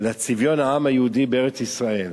לצביון העם היהודי בארץ-ישראל,